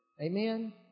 amen